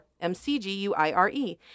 M-C-G-U-I-R-E